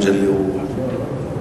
אדוני היושב-ראש,